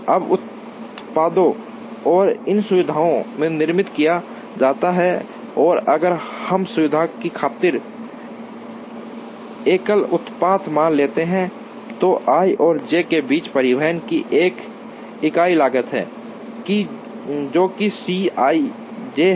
अब उत्पादों को इन सुविधाओं में निर्मित किया जाता है और अगर हम सुविधा की खातिर एकल उत्पाद मान लेते हैं तो i और j के बीच परिवहन की एक इकाई लागत है जो कि C i j है